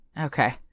Okay